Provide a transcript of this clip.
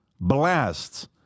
blasts